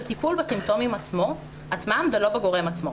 טיפול בסימפטומים עצמם ולא בגורם עצמו.